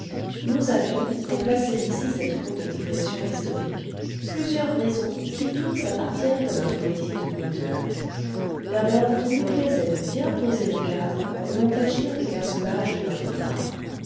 nous avions pour placer ici cette courte digression historique plusieurs raisons qui toutes appartiennent à notre métier de conteur d'abord il nous plaisait de bien poser le cadre où vont agir les personnages de notre drame